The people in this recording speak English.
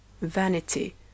Vanity